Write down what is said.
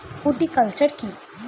Fruticulture কী?